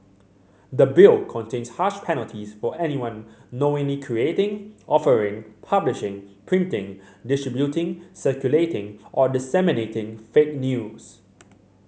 the Bill contains harsh penalties for anyone knowingly creating offering publishing printing distributing circulating or disseminating fake news